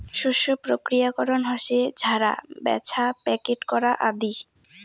শস্য প্রক্রিয়াকরণ হসে ঝাড়া, ব্যাছা, প্যাকেট করা আদি